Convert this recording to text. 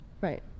Right